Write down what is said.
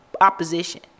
opposition